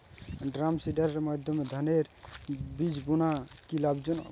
ড্রামসিডারের মাধ্যমে ধানের বীজ বোনা কি লাভজনক?